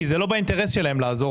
כי זה לא באינטרס שלהם לעזור,